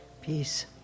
peace